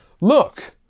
Look